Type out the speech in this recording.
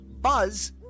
Buzz